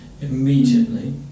immediately